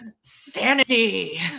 sanity